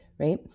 right